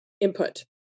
input